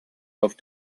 auf